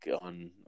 on